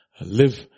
live